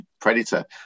Predator